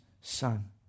Son